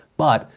but,